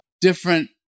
different